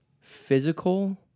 physical